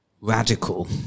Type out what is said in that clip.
radical